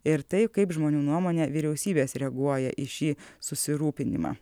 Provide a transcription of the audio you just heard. ir tai kaip žmonių nuomone vyriausybės reaguoja į šį susirūpinimą